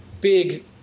big